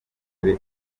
muri